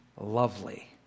lovely